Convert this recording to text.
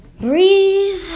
breathe